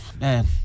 man